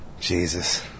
Jesus